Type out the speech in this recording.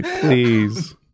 please